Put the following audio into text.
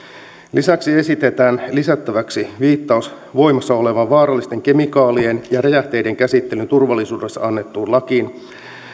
lisäksi esitetään lisättäväksi viittaus voimassa olevaan vaarallisten kemikaalien ja räjähteiden käsittelyn turvallisuudesta annettuun lakiin